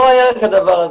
לא היה כדבר הזה.